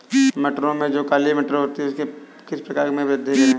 मटरों में जो काली मटर होती है उसकी किस प्रकार से वृद्धि करें?